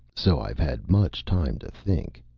so i've had much time to think.